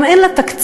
גם אין לה תקציב.